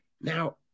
Now